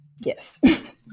Yes